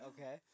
Okay